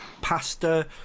Pasta